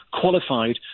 qualified